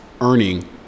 earning